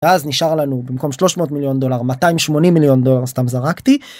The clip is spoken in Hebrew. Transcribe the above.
אז נשאר לנו במקום 300 מיליון דולר 280 מיליון דולר סתם זרקתי.